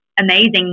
amazing